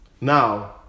now